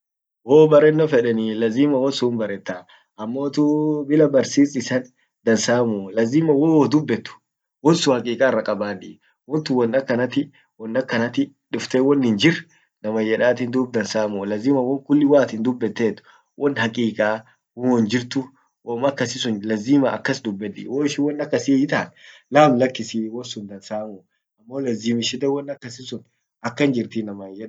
wowobarreno fedenii, lazima wonsun himbarrettaa, ammotu bila barsis issa dansamuu, lazima wowodubbet wonsun hakika irrakabaddii, wontun won akkanati, akkanati dufte wonhinjir naman yedattin dub dansamuu, lazima wonkulli waat dubetet wonhakikaa wonjirtu womakasisun lazima akas dubbedi ,woishin wonakassi hiitan lamlakisii wonsun dansamuu, wolazimishite won akasisun akan jirti inaman yeden.